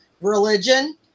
Religion